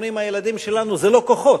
כמו שאומרים הילדים שלנו: זה לא כוחות.